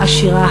העשירה,